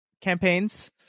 campaigns